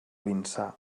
vinçà